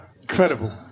incredible